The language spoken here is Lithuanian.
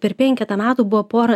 per penketą metų buvo pora